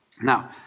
Now